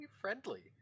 friendly